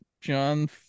John